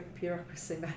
bureaucracy